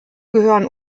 gehören